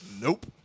Nope